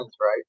right